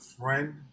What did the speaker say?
friend